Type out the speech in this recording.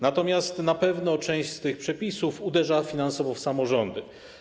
Natomiast na pewno część z tych przepisów uderza finansowo w samorządy.